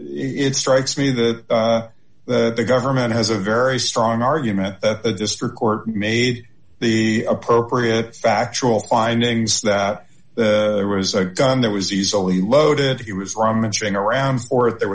but it strikes me that that the government has a very strong argument that the district court made the appropriate factual findings that there was a gun that was easily loaded he was rummaging around or there